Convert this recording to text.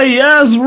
yes